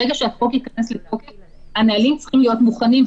ברגע שהחוק ייכנס לתוקף הנהלים צריכים להיות מוכנים.